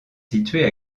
située